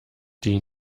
die